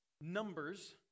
Numbers